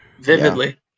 Vividly